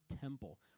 temple